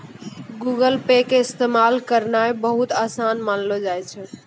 Google Pay के इस्तेमाल करनाय बहुते असान मानलो जाय छै